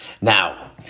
Now